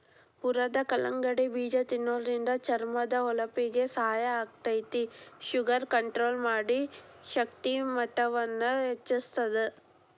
ಹುರದ ಕಲ್ಲಂಗಡಿ ಬೇಜ ತಿನ್ನೋದ್ರಿಂದ ಚರ್ಮದ ಹೊಳಪಿಗೆ ಸಹಾಯ ಆಗ್ತೇತಿ, ಶುಗರ್ ಕಂಟ್ರೋಲ್ ಮಾಡಿ, ಶಕ್ತಿಯ ಮಟ್ಟವನ್ನ ಹೆಚ್ಚಸ್ತದ